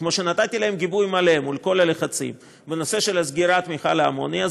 כמו שנתתי להם גיבוי מלא מול כל הלחצים בנושא של סגירת מכל האמוניה,